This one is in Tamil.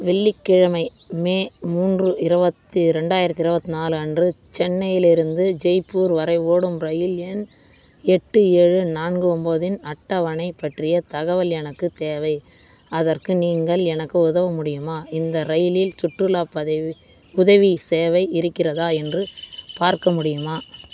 வெள்ளிக்கிழமை மே மூன்று இருபத்தி ரெண்டாயிரத்தி இருபத்தி நாலு அன்று சென்னையிலிருந்து ஜெய்ப்பூர் வரை ஓடும் ரயில் எண் எட்டு ஏழு நான்கு ஒம்போதின் அட்டவணை பற்றிய தகவல் எனக்குத் தேவை அதற்கு நீங்கள் எனக்கு உதவ முடியுமா இந்த ரயிலில் சுற்றுலா பதவி உதவி சேவை இருக்கிறதா என்று பார்க்க முடியுமா